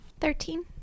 Thirteen